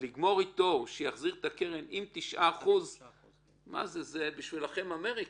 לגמור איתו שיחזיר את הקרן עם 9%. בשבילכם זה אמריקה.